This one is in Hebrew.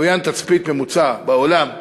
לוויין תצפית ממוצע בעולם,